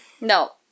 No